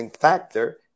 factor